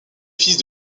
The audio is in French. fils